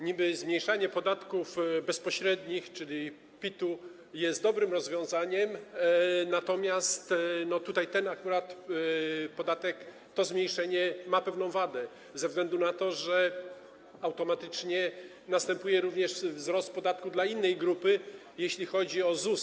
Niby zmniejszanie podatków bezpośrednich, czyli PIT-u, jest dobrym rozwiązaniem, natomiast akurat to zmniejszenie ma pewną wadę ze względu na to, że automatycznie następuje również wzrost podatku dla innej grupy, jeśli chodzi o ZUS.